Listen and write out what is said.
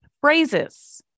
phrases